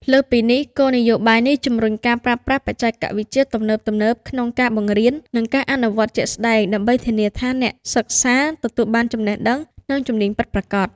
លើសពីនេះ គោលនយោបាយនេះជំរុញការប្រើប្រាស់បច្ចេកវិទ្យាទំនើបៗក្នុងការបង្រៀន និងការអនុវត្តជាក់ស្តែង ដើម្បីធានាថាអ្នកសិក្សាទទួលបានចំណេះដឹង និងជំនាញពិតប្រាកដ។